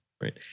right